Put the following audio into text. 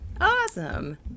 Awesome